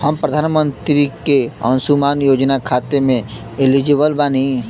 हम प्रधानमंत्री के अंशुमान योजना खाते हैं एलिजिबल बनी?